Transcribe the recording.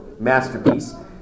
masterpiece